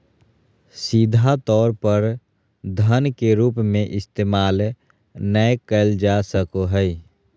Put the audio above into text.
सीधा तौर पर धन के रूप में इस्तेमाल नय कइल जा सको हइ